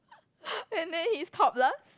and then he is topless